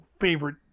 favorite